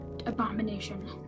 abomination